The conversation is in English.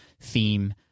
theme